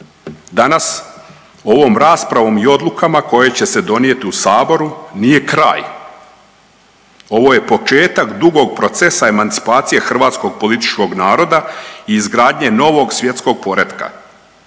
Danas ovom raspravom i odlukama koje će donijeti u saboru nije kraj. Ovo je početak dugog procesa emancipacije hrvatskog političkog naroda i izgradnje novog svjetskog poretka.